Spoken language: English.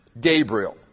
Gabriel